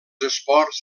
esports